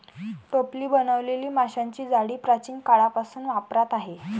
टोपली बनवलेली माशांची जाळी प्राचीन काळापासून वापरात आहे